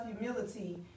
humility